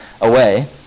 away